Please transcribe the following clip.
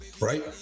right